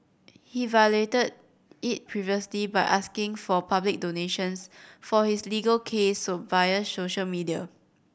he violated it previously by asking for public donations for his legal case via social media